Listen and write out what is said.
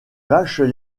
vaches